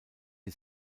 die